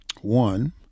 One